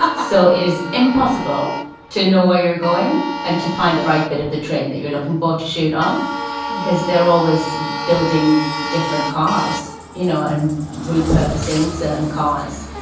so it is impossible to know where you're going and to find the right bit of the train that you're looking for to shoot on because they're always building different cars, you know, and repurposing certain cars.